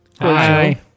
Hi